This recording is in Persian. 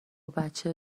بچه